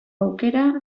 aukera